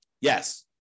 Yes